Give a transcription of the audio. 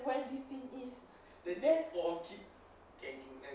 where lee sin is